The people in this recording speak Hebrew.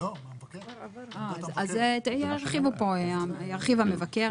אז ירחיבו פה, ירחיב המבקר.